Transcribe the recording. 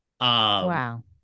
Wow